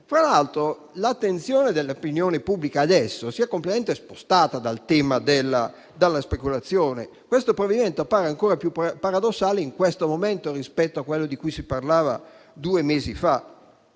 Tra l'altro, l'attenzione dell'opinione pubblica adesso si è completamente spostata dal tema della speculazione. Questo provvedimento appare ancora più paradossale in questo momento rispetto a quello di cui si parlava due mesi fa.